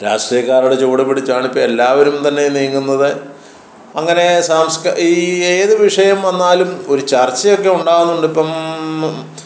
രാഷ്ട്രീയക്കാരുടെ ചുവട് പിടിച്ചാണ് ഇപ്പം എല്ലാവരും തന്നെ നീങ്ങുന്നത് അങ്ങനെ ഈ ഏത് വിഷയം വന്നാലും ഒരു ചർച്ചയൊക്കെ ഉണ്ടാകുന്നുണ്ട് ഇപ്പം